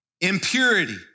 impurity